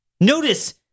Notice